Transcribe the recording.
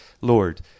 Lord